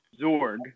Zorg